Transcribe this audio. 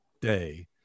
day